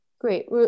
great